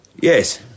Yes